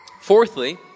Fourthly